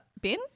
bin